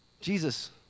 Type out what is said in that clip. Jesus